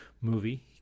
movie